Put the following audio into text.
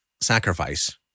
sacrifice